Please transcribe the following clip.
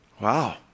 Wow